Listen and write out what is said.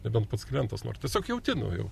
nebent pats klientas nori tiesiog jauti nu jau